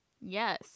Yes